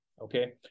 okay